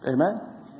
Amen